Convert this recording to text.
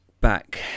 back